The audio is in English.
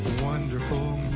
wonderful.